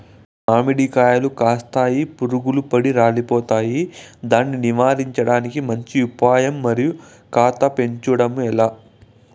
మామిడి కాయలు కాస్తాయి పులుగులు పడి రాలిపోతాయి దాన్ని నివారించడానికి మంచి ఉపాయం మరియు కాత పెంచడము ఏలా?